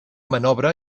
manobre